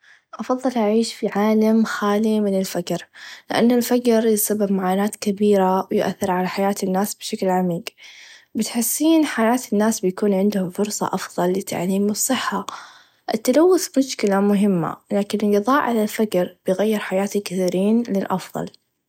أفظل أعيش في عالم خالي من الفقر لأن الفقر يسبب معاناه كبيره و يأثر على حياه الناس بشكل عميق بتحسين حياه الناس بيكون عندهم فرصه أفظل للتعليم و الصحه التلوث مشكله مهمه لاكن القضاء على الفقر بيغير حياة الكثيرين للأفظل.